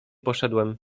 poszedłem